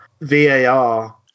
var